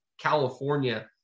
California